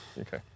okay